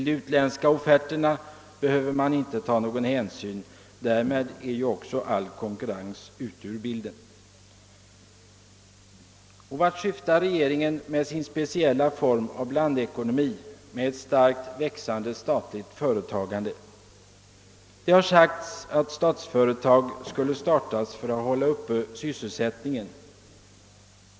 De utländska offerterna behöver man inte ta någon hänsyn till. Därmed är ju också all konkurrens ute ur bilden. Det har sagts att statsföretag skulle startas för att upprätthålla sysselsättningen.